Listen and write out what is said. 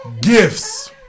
Gifts